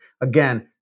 again